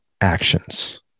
actions